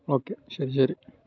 okay ശരി ശരി